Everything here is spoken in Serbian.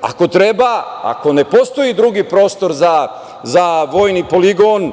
Ako treba, ako ne postoji drugi prostor za vojni poligon,